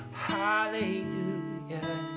hallelujah